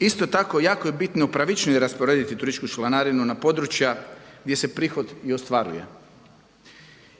Isto tako jako je bitno pravičnije rasporediti turističku članarinu na područja gdje se prihod i ostvaruje.